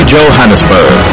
Johannesburg